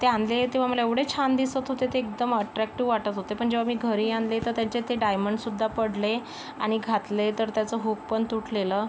ते आणले तेव्हा मला एवढे छान दिसत होते ते एकदम अट्रॅक्टिव वाटत होते पण जेव्हा मी घरी आणले तर त्यांचे ते डायमंडसुद्धा पडले आणि घातले तर त्याचं हूक पण तुटलेलं